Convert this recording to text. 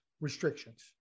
restrictions